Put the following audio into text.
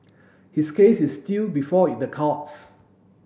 his case is still before in the courts